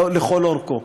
לכל אורכו.